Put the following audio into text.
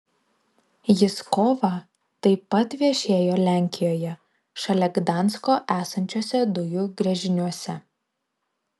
jis kovą taip pat viešėjo lenkijoje šalia gdansko esančiuose dujų gręžiniuose